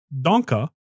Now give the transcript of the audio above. Donka